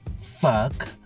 fuck